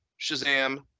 Shazam